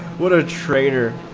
would ah trader